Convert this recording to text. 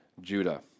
Judah